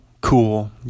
cool